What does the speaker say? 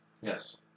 Yes